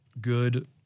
good